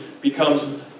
becomes